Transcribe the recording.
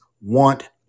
want